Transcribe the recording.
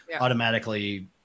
automatically